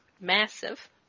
Massive